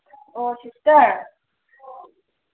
ꯑꯣ ꯁꯤꯁꯇꯔ